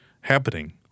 happening